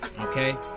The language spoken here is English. Okay